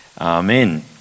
Amen